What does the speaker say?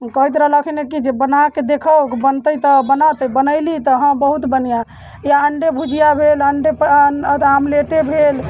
कहैत रहलखिन कि बनाके देखाओ बनतै तऽ बनत बनयली तऽ हँ बहुत बढ़िआँ या अण्डे भुजिआ भेल अण्डे आमलेटे भेल